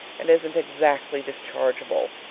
and isn't exactly dischargeable.